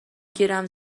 گیرم